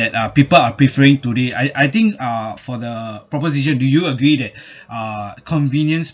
that people are preferring to the I I think uh for the proposition do you agree that uh convenience